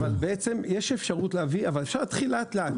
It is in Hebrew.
אבל אפשר להתחיל לאט-לאט.